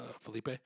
Felipe